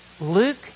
Luke